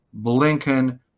blinken